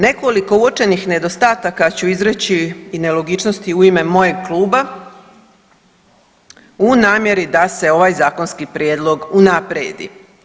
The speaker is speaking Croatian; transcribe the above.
Nekoliko uočenih nedostataka ću izreći i nelogičnosti u ime mojeg kluba u namjeri da se ovaj zakonski prijedlog unaprijedi.